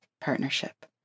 partnership